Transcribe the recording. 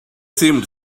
seemed